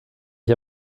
ich